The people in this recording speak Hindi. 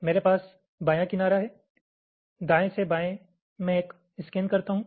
मेरे पास बायां किनारा है दाएं से बाएं मैं एक स्कैन करता हूं